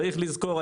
רם